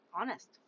honest